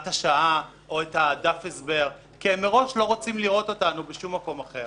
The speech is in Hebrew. השעה או את דף ההסבר כי הם מראש לא רוצים לראות אותנו בשום מקום אחר.